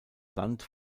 land